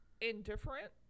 indifferent